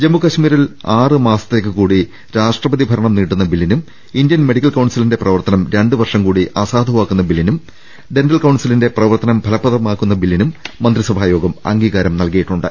ജമ്മുകാശ്മീരിൽ ആറു മാസത്തേക്കുകൂടി രാഷ്ട്രപതിഭരണം നീട്ടുന്ന ബില്ലിനും ഇന്ത്യൻ മെഡി ക്കൽ കൌൺസിലിന്റെ പ്രവർത്തനം രണ്ടുവർഷംകൂടി അസാധുവാക്കുന്ന ബില്ലിനും ഡെന്റൽ കൌൺസിലിന്റെ പ്രവർത്തനം ഫലപ്രദമാക്കുന്ന ബില്ലിനും മന്ത്രിസഭായോഗം അംഗീകാരം നൽകിയിട്ടുണ്ട്